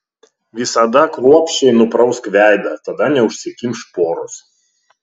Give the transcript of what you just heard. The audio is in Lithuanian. visada kruopščiai nuprausk veidą tada neužsikimš poros